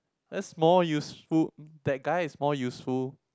that's more useful that guy is more useful